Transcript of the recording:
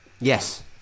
Yes